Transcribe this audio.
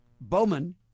Bowman